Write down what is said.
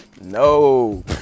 no